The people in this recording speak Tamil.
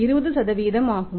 20 ஆகும்